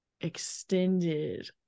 extended